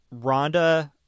Rhonda